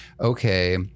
okay